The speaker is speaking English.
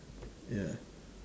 ya